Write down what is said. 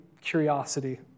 curiosity